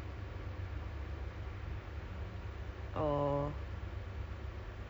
my school rumah at home only uh home based learning